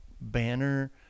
banner